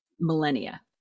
millennia